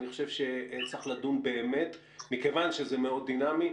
אני חושב שצריך לדון באמת מכיוון שזה מאוד דינמי,